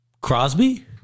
Crosby